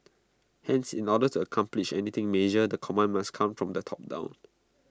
hence in order to accomplish anything major the command must come from the top down